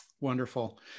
Wonderful